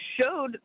showed